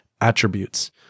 attributes